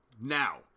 Now